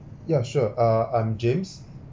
ya sure uh I'm james